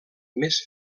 més